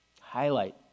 highlight